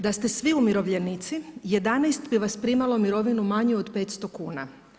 Da ste svi umirovljenici 11 bi vas primalo mirovinu manju od 500 kuna.